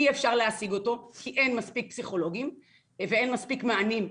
אי אפשר להשיג אותו כי אין מספיק פסיכולוגים ואין מספיק מענים,